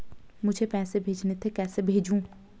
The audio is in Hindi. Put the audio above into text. मुझे पैसे भेजने थे कैसे भेजूँ?